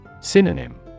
Synonym